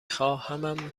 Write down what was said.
خواهمم